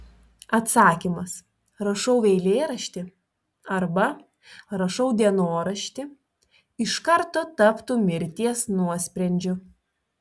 atsakymas rašau eilėraštį arba rašau dienoraštį iš karto taptų mirties nuosprendžiu